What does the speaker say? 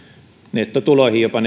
nettotuloihin jopa